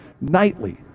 nightly